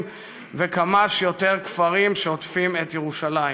ומכמה שיותר כפרים שעוטפים את ירושלים.